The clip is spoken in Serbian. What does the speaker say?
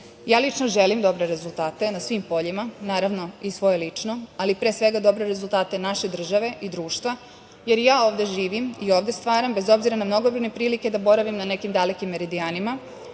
ja želim dobre rezultate na svim poljima, naravno i svoje lično, ali pre svega dobre rezultate naše države i društva, jer i ja ovde živim i ovde stvaram bez obzira na mnogobrojne prilike da boravim na nekim dalekim meridijanima,